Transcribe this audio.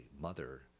mother